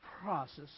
process